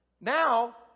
Now